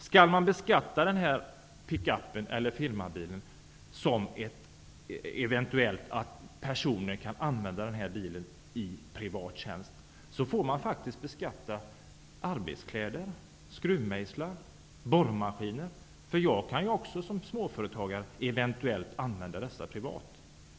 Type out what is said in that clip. Skall den här pickupen eller firmabilen beskattas därför att personen eventuellt kan använda bilen i privat tjänst, borde faktiskt också arbetskläder, skruvmejslar och borrmaskiner beskattas -- man kan som småföretagare eventuellt använda dessa privat.